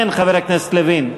כן, חבר הכנסת לוין?